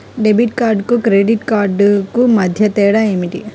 Debit కార్డుకు credit credit కార్డుకు మధ్య తేడా ఏమిటీ?